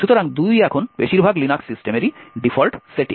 সুতরাং 2 এখন বেশিরভাগ লিনাক্স সিস্টেমে ডিফল্ট সেটিং